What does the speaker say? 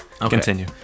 Continue